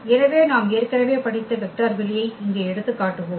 எனவே நாம் ஏற்கனவே படித்த வெக்டர் வெளியை இங்கே எடுத்துக்காட்டுவோம்